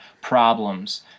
problems